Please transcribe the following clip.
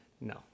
No